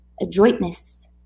adroitness